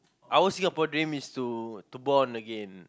our Singapore dream is not bond again